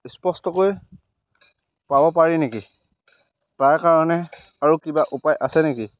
স্পষ্টকৈ পাব পাৰি নেকি তাৰ কাৰণে আৰু কিবা উপায় আছে নেকি